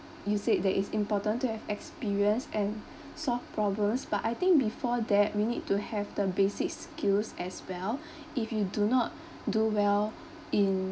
you said that it's important to have experience and solve problems but I think before that we need to have the basic skills as well if you do not do well in